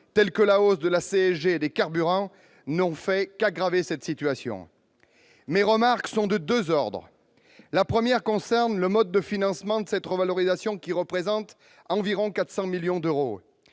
comme la hausse de la CSG et des carburants, n'ont fait qu'aggraver cette situation. Je formulerai deux remarques. La première concerne le mode de financement de cette revalorisation, qui représente environ 400 millions d'euros.